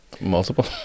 multiple